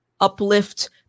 uplift